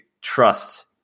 trust